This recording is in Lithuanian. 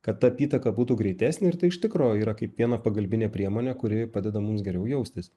kad ta apytaka būtų greitesnė ir tai iš tikro yra kaip viena pagalbinė priemonė kuri padeda mums geriau jaustis